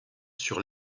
sur